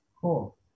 Cool